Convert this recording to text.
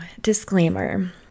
disclaimer